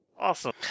Awesome